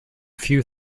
few